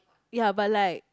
ya but like